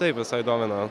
taip visai domina